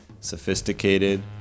sophisticated